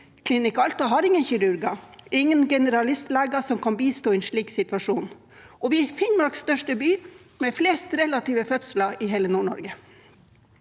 Klinikk Alta har ingen kirurger, og de har ingen generalistleger som kan bistå i en slik situasjon – og vi er Finnmarks største by, med relativt flest fødsler i hele Nord-Norge.